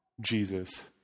Jesus